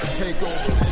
takeover